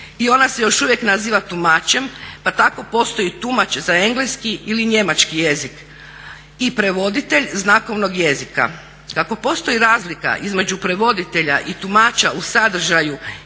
i ona se još uvijek naziva tumačem, pa tako postoji tumač za engleski ili njemački jezik i prevoditelj znakovnog jezika. Kako postoji razlika između prevoditelja i tumača u sadržaju